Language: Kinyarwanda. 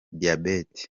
diyabeti